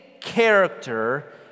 character